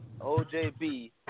OJB